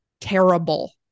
terrible